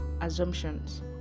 assumptions